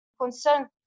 concern